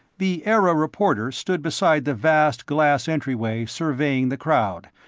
the era reporter stood beside the vast glass entry way surveying the crowd,